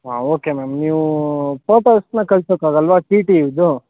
ಹಾಂ okay madam ನೀವು ಫೋಟೋಸನ್ನ ಕಳ್ಸೊಕ್ಕೆ ಆಗಲ್ಲವಾ ಟಿ ಟೀದು